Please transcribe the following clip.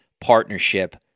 partnership